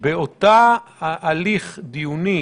את שמו, ידע העולם במה מדובר.